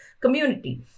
community